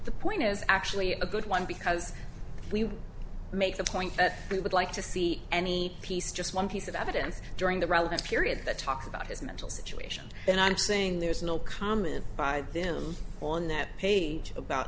the point is actually a good one because we make the point that we would like to see any piece just one piece of evidence during the relevant period that talk about his mental situation then i'm saying there's no comment by him on that page about